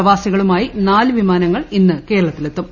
പ്രവാസികളുമായി ന്ടുല് വിമാനങ്ങൾ ഇന്ന് കേരളത്തിലെത്തും